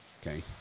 Okay